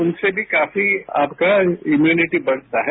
उनसे भी काफी आपका इम्युनिटी बढ़ता है